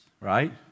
right